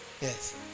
Yes